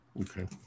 Okay